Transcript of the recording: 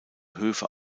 höfe